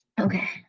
Okay